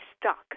stuck